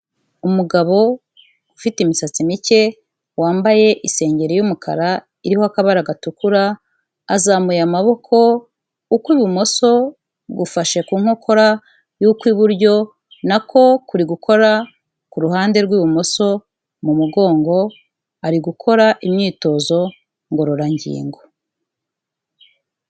Umugabo ufite imisatsi mike wambaye isengeri y'umukara iriho akabara gatukura, azamuye amaboko ukw'ibumoso gufashe ku nkokora n'ukw'iburyo na ko kuri gukora ku ruhande rw'ibumoso mu mugongo, ari gukora imyitozo ngororangingo.